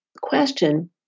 question